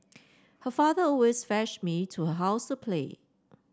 her father always fetched me to her house to play